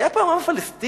היה פעם עם פלסטיני?